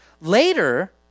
Later